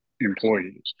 employees